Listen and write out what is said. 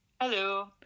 Hello